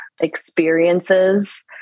Experiences